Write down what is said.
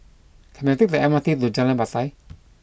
can I take the M R T to Jalan Batai